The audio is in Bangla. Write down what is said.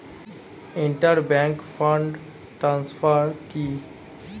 ইন্টার ব্যাংক ফান্ড ট্রান্সফার কি?